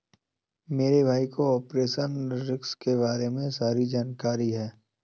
मेरे भाई को ऑपरेशनल रिस्क के बारे में सारी जानकारी है